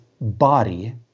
body